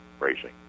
Racing